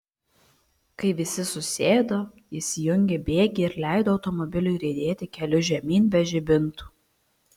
kai visi susėdo jis įjungė bėgį ir leido automobiliui riedėti keliu žemyn be žibintų